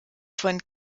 von